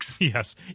yes